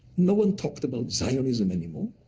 no one talked about zionism anymore.